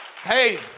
Hey